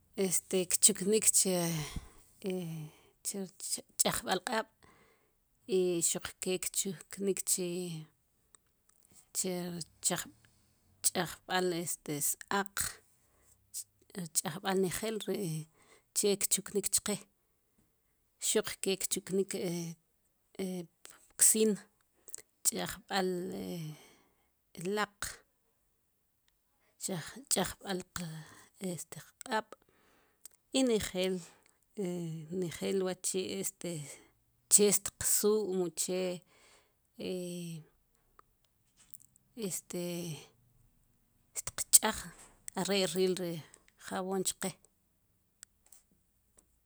Este kchuknik che ch'ajb'al qab' i xuq ke qchuknik chajb'al este s-aaq ch'ajb'al nejeel ri che kchuknik chqe xuq ke kchuknik pksiin ch'ajb'al laq ch'ajb'al este qq'ab' i nejel nejel wachi' este che txuu' mu che este xtqch'aj are' riil ri jabon chqe